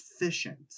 efficient